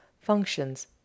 functions